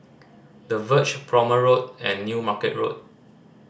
The Verge Prome Road and New Market Road